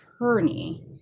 attorney